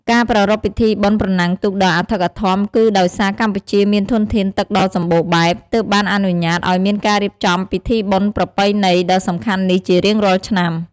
ការប្រារព្ធពិធីបុណ្យប្រណាំងទូកដ៏អធិកអធមគឺដោយសារកម្ពុជាមានធនធានទឹកដ៏សម្បូរបែប ទើបបានអនុញ្ញាតឱ្យមានការរៀបចំពិធីបុណ្យប្រពៃណីដ៏សំខាន់នេះជារៀងរាល់ឆ្នាំ។